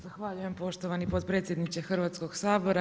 Zahvaljujem poštovani potpredsjedniče Hrvatskog sabora.